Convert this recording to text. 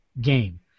game